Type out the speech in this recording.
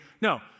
No